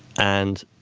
and